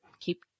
keep